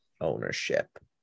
ownership